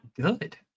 good